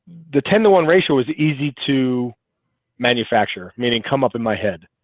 the ten to one ratio was easy to manufacture meaning come up in my head